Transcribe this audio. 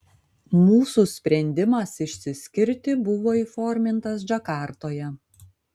mūsų sprendimas išsiskirti buvo įformintas džakartoje